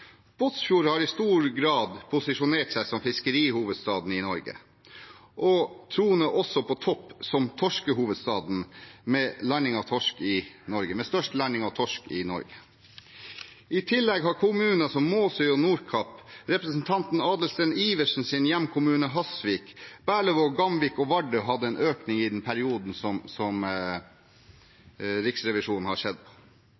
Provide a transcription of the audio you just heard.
Båtsfjord har i stor grad posisjonert seg som fiskerihovedstaden i Norge og troner også på topp som torskehovedstaden, med størst landing av torsk i Norge. I tillegg har kommuner som Måsøy og Nordkapp, representanten Adelsten Iversens hjemkommune Hasvik, Berlevåg, Gamvik og Vardø hatt en økning i den perioden som Riksrevisjonen har sett på.